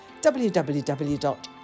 www